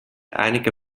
einige